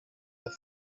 the